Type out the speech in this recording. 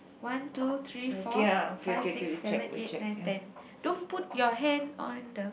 one two three four five six seven eight nine ten don't put your hand on the